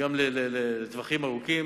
גם לטווחים ארוכים,